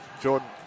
Jordan